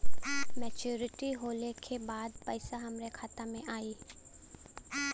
Maturity होले के बाद पैसा हमरे खाता में आई?